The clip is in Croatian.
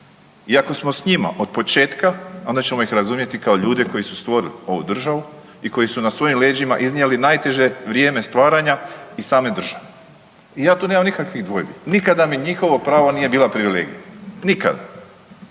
Iako smo s njima od početka onda ćemo ih razumjeti kao ljude koji su stvorili ovu državu i koji su na svojim leđima iznijeli najteže vrijeme stvaranja i same države i ja tu nemam nikakvih dvojbi, nikada mi njihovo pravo nije bila privilegija, nikada.